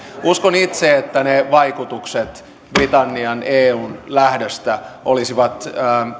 uskon itse että ne vaikutukset britannian eusta lähdöstä olisivat